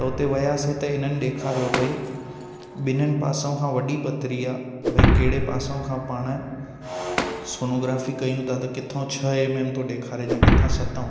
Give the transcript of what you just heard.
त उते वियासि त इन्हनि ॾेखारियों भई ॿिन्हिनि पासऊं खां वॾी पथिरी आहे भई कहिड़े पासऊं खां पाण सोनोग्राफी कयूं था त किथां छह एम एम थो ॾेखारे या किथां सत